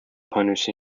punish